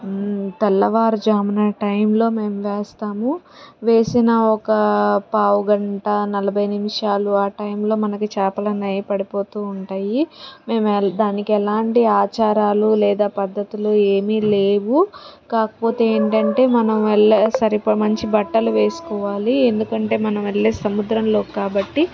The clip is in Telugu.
తెల్లవారు జామున టైంలో మేము వేస్తాము వేసిన ఒక పావు గంట నలభై నిమిషాలు ఆ టైంలో మనకి చేపలు అనేవి పడిపోతూ ఉంటాయి మేము దానికి ఎలాంటి ఆచారాలు లేదా పద్దతులు ఏమీ లేవు కాకపోతే ఏంటంటే మనం వెళ్ళే సరిగ్గా మంచి బట్టలు వేసుకోవాలి ఎందుకంటే మనం వెళ్ళే సముద్రంలోకి కాబట్టి